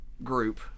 group